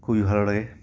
খুবই ভালো লাগে